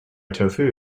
tofu